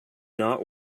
not